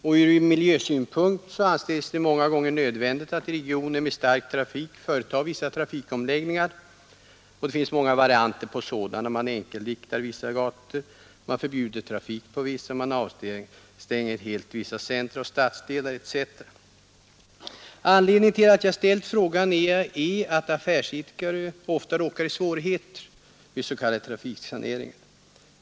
Från miljösynpunkt anses det många gånger nödvändigt att i regioner med stark trafik företa vissa trafikomläggningar. Det finns många varianter på sådana. Man enkelriktar vissa gator, man förbjuder trafik på vissa, man avstänger helt vissa centra och stadsdelar etc. Anledningen till att jag ställt frågan är att affärsidkare ofta råkar i svårigheter vid s.k. trafiksaneringar.